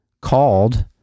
called